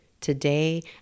Today